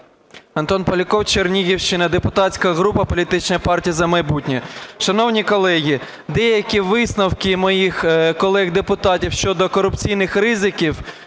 Антон Поляков, Чернігівщина, депутатська група політична "Партія "За майбутнє". Шановні колеги, деякі висновки моїх колег депутатів щодо корупційних ризиків